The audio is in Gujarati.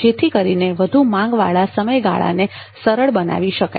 જેથી કરીને વધુ માંગ વાળા સમયગાળાને સરળ બનાવી શકાય